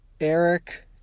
Eric